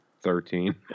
thirteen